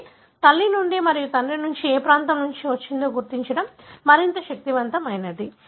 కాబట్టి తల్లి మరియు తండ్రి నుండి ఏ ప్రాంతం వచ్చిందో గుర్తించడం మరింత శక్తివంతమైనది